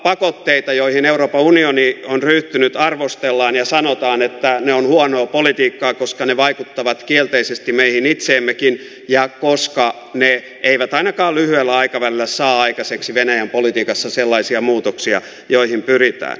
kauppapakotteita joihin euroopan unioni on ryhtynyt arvostellaan ja sanotaan että ne ovat huonoa politiikkaa koska ne vaikuttavat kielteisesti meihin itseemmekin ja koska ne eivät ainakaan lyhyellä aikavälillä saa aikaiseksi venäjän politiikassa sellaisia muutoksia joihin pyritään